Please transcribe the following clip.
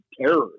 terror